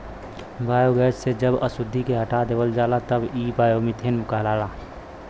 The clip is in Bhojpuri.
बायोगैस से जब अशुद्धि के हटा देवल जाला तब इ बायोमीथेन कहलाला